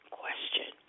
question